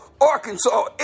Arkansas